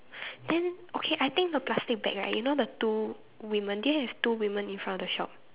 then okay I think the plastic bag right you know the two women do you have two women in front of the shop